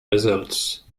results